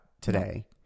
today